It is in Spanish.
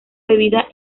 bebida